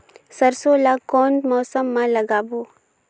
सरसो ला कोन मौसम मा लागबो?